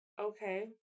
Okay